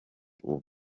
ubu